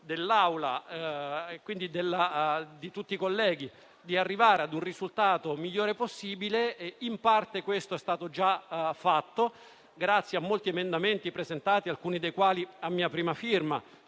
dell'Assemblea e quindi di tutti i colleghi di arrivare al risultato migliore possibile in parte questo è stato già fatto, grazie ai molti emendamenti presentati, alcuni dei quali a mia prima firma,